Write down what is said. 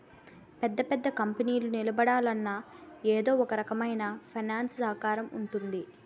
పెద్ద పెద్ద కంపెనీలు నిలబడాలన్నా ఎదో ఒకరకమైన ఫైనాన్స్ సహకారం ఉంటుంది